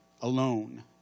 alone